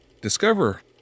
discover